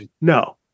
No